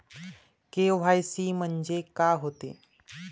KYC म्हंनजे का होते?